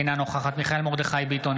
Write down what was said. אינה נוכחת מיכאל מרדכי ביטון,